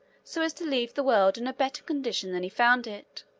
so as to leave the world in a better condition than he found it.